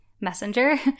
Messenger